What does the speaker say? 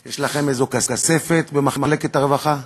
יש לכם איזו כספת במחלקת הרווחה?